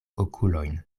okulojn